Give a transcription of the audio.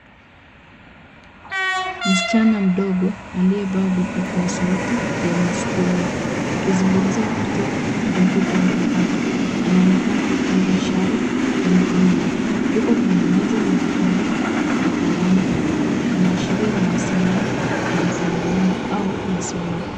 Msichana mdogo aliyevaa vipokea sauti vya masikioni. Akizungumza kupitia kompyuta mpakato. Anaonekana akifanya ishara kwa mikono. Yuko kwenye meza na vitabu na kalamu karibu, inaashiria mawasiliano ya mtandaoni au masomo.